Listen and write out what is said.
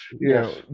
yes